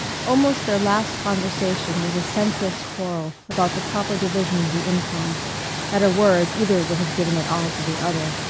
almost their last conversation was a senseless quarrel about the proper division of the income at a word either would have given it all to the other.